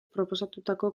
proposatutako